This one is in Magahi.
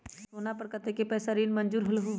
सोना पर कतेक पैसा ऋण मंजूर होलहु?